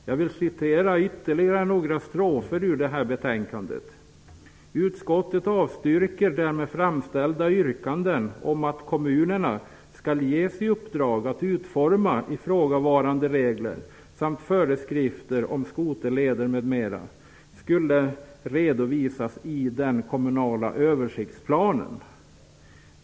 Jag vill citera ytterligare några strofer ur detta betänkande: ''Utskottet avstyrker därmed framställda yrkanden om att kommunerna skulle ges i uppdrag att utforma ifrågavarande regler samt att föreskrifter om skoterleder m.m. skulle redovisas i den kommunala översiktsplanen.''